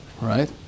right